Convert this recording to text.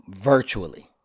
virtually